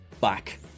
back